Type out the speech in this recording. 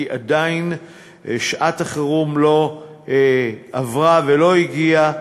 כי עדיין שעת החירום לא עברה ולא הגיעה